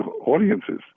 audiences